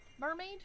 mermaid